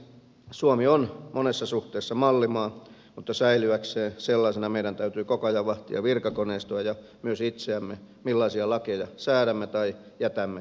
suomi on monessa suhteessa mallimaa mutta jotta se säilyisi sellaisena meidän täytyy koko ajan vahtia virkakoneistoa ja myös itseämme millaisia lakeja säädämme tai jätämme säätämättä